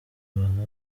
bahabwa